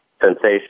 sensation